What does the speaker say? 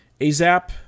Azap